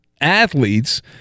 athletes